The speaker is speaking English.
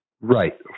Right